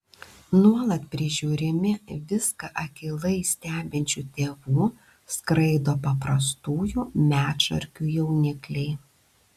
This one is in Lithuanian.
nuolat prižiūrimi viską akylai stebinčių tėvų skraido paprastųjų medšarkių jaunikliai